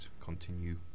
continue